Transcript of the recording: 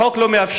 החוק לא מאפשר,